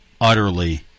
utterly